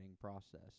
process